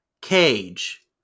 cage